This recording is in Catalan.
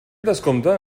descompte